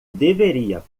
deveria